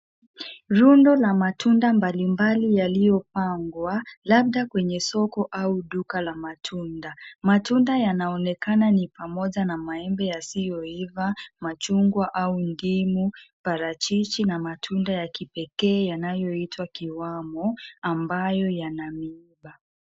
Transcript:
Rundo la matunda mbalimbali yaliyopangwa, labda kwenye soko au duka la matunda. Matunda yanaonekana ni pamoja na maembe yasiyoiva, machungwa au ndimu, parachichi na matunda ya kipekee yanayoitwa kiwamo ambayo yana miiba.